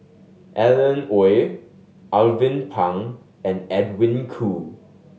Alan Oei Alvin Pang and Edwin Koo